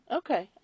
okay